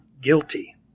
guilty